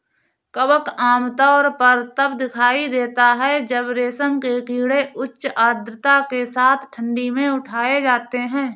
कवक आमतौर पर तब दिखाई देता है जब रेशम के कीड़े उच्च आर्द्रता के साथ ठंडी में उठाए जाते हैं